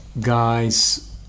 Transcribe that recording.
guys